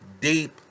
deep